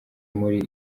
umuri